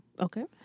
Okay